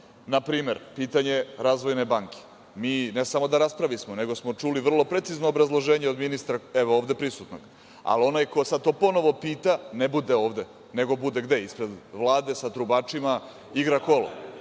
Na primer, pitanje razvojne banke. Mi ne samo da raspravismo, nego smo čuli vrlo precizno obrazloženje od ministra evo ovde prisutnog. Ali onaj ko sada to ponovo pita ne bude ovde, nego bude – gde? Ispred Vlade sa trubačima, igra kola.